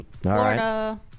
Florida